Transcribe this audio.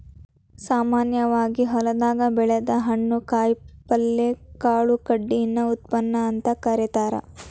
ಸಾಮಾನ್ಯವಾಗಿ ಹೊಲದಾಗ ಬೆಳದ ಹಣ್ಣು, ಕಾಯಪಲ್ಯ, ಕಾಳು ಕಡಿಗಳನ್ನ ಉತ್ಪನ್ನ ಅಂತ ಕರೇತಾರ